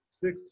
six